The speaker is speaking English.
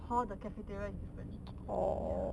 hall the cafeteria is different ya